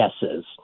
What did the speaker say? guesses